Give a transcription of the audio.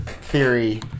theory